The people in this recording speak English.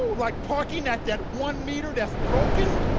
like parking at that one meter that's broken,